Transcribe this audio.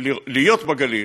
להיות בגליל